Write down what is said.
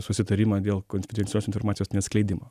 susitarimą dėl konfidencialios informacijos neatskleidimo